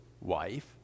wife